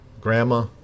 grandma